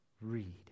read